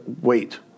wait